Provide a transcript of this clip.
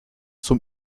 zum